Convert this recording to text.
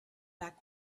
back